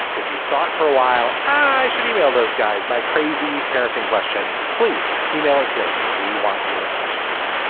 if you've thought for a while, i should email those guys my crazy parenting question. please email it today because we want your questions.